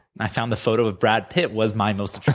and i found the photo of brad pitt was my most